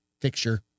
fixture